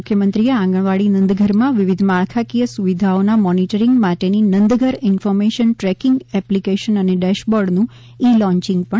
મુખ્યમંત્રીએ આંગણવાડી નંદઘરમાં વિવિધ માળખાકીય સુવિધાઓના મોનીટરીંગ માટેની નંદઘર ઇન્ફોર્મેશન દ્રેકિંગ એપ્લીકેશન અને ડેશબોર્ડનું ઇ લોન્ચીંગ પણ કર્યું હતુ